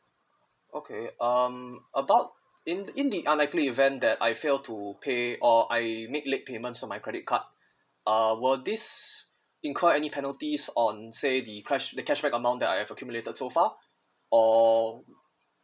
okay um about in in the unlikely event that I failed to pay or I need late payments on my credit card uh were this incur any penalties on say the cash the cashback amount the I have accumulated so far or